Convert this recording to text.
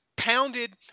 Pounded